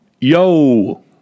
yo